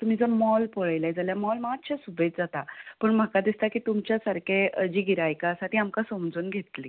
तुमी जर मोल पळयलें जाल्यार मोल मातशें सुबेज जाता पूण म्हाका दिसता की तुमच्या सारके गिरायकां जी आसा ती आमकां समजून घेतली